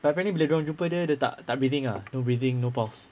itu kali bila dia orang jumpa dia tak tak breathing ah no breathing no pulse